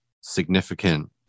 significant